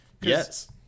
Yes